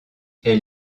elle